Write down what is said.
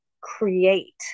create